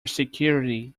security